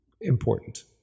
Important